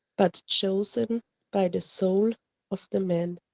but chosen by the soul of the man,